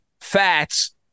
fats